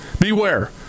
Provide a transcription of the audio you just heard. Beware